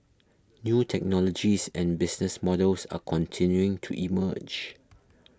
new technologies and business models are continuing to emerge